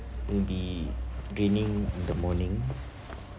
will be raining in the morning